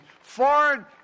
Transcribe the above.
foreign